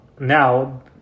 Now